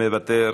מוותר,